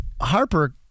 Harper